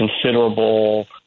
considerable